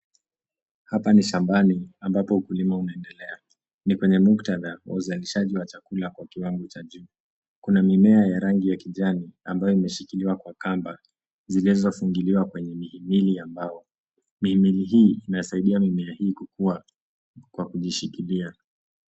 Hapa ni shambani ambapo ukulima unaendelea. Ni kwenye muktadha wa uzalishaji wa chakula kwa kiwango cha juu. Kuna mimea ya rangi ya kijani ambayo imeshikiliwa kwa kamba zilizofungiliwa kwenye mihimili y mbao. Mihimili hii inasaidia mimea hii kukua kwa kujishikilia.